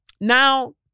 Now